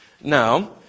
now